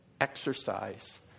exercise